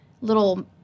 little